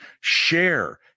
share